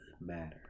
matter